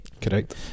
Correct